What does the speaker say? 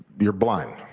you're blind.